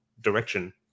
direction